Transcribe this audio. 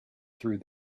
through